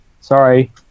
Sorry